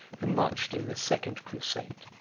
who marched in the second crusade,